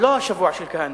זה לא השבוע של כהנא,